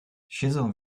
siedzę